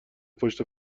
پشت